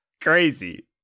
Crazy